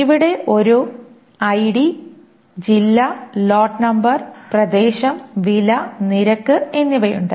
ഇവിടെ ഒരു ജില്ല ലോട്ട് നമ്പർ പ്രദേശം വില നിരക്ക് എന്നിവയുണ്ട്